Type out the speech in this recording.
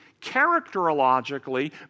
characterologically